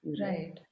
Right